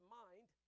mind